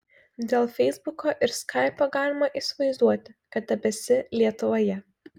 dėl feisbuko ir skaipo galima įsivaizduoti kad tebesi lietuvoje